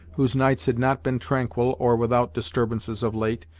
whose nights had not been tranquil or without disturbances of late,